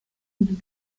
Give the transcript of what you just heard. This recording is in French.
veut